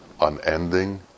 unending